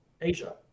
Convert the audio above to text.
Asia